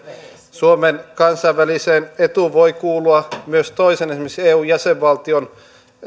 suomen kansainväliseen etuun voi kuulua myös esimerkiksi toisen eu jäsenvaltion